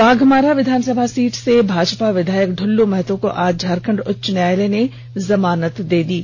बाघमारा विधानसभा सीट से भाजपा विधायक दुल्लू महतो को आज झारखंड उच्च न्यायालय ने जमानत दे दी है